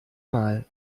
mal